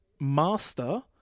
master